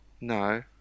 no